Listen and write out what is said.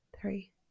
three